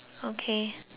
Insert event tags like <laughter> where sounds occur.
<noise>